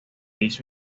hizo